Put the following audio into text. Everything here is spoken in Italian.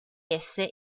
esse